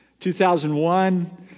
2001